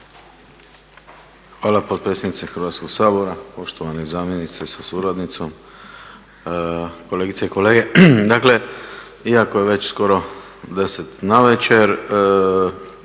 Hvala potpredsjednice Hrvatskog sabora, poštovani zamjeniče sa suradnicom, kolegice i kolege. Dakle, iako je već skoro 22,00 sata